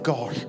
God